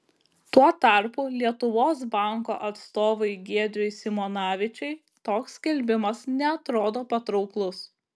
tuo tarpu lietuvos banko atstovui giedriui simonavičiui toks skelbimas neatrodo patrauklus